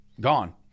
gone